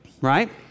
right